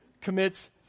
commits